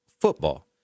football